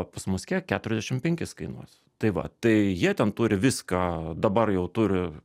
o pas mus kiek keturiasdešim penkis kainuos tai va tai jie ten turi viską dabar jau turi